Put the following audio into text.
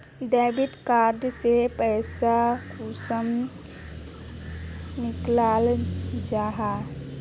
Debit card से पैसा कुंसम निकलाल जाहा?